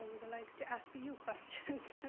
ah would like to ask ah you questions.